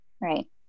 Right